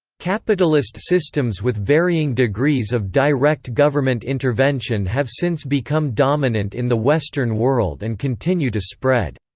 capitalist systems with varying degrees of direct government intervention have since become dominant in the western world and continue to spread.